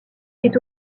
est